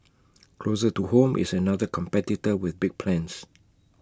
closer to home is another competitor with big plans